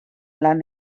lan